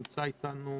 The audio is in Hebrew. שנמצא איתנו